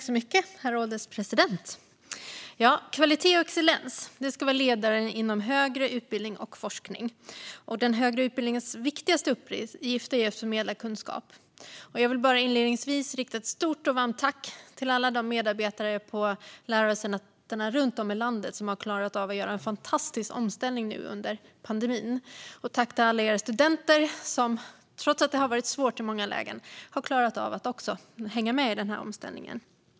Herr ålderspresident! Kvalitet och excellens ska vara ledande inom högre utbildning och forskning. Den högre utbildningens viktigaste uppgift är att förmedla kunskap. Jag vill inledningsvis rikta ett stort och varmt tack till alla de medarbetare på lärosätena runt om i landet som har klarat av att göra en fantastisk omställning nu under pandemin. Och tack till alla er studenter som, trots att det har varit svårt i många lägen, också har klarat av att hänga med i omställningen!